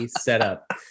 setup